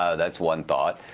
ah that's one thought.